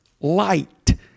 light